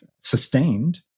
sustained